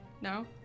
No